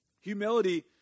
Humility